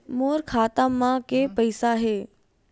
मोर खाता म के पईसा हे?